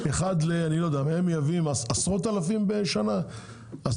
אם הם מייבאים עשרות אלפים בשנה,